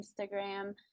Instagram